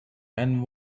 and